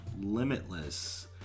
Limitless